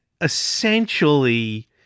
essentially